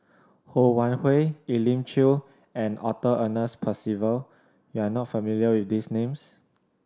Ho Wan Hui Elim Chew and Arthur Ernest Percival you are not familiar with these names